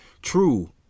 True